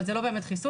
אבל זה לא באמת חיסון,